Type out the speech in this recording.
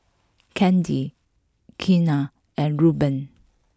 Candi Keena and Reuben